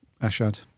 Ashad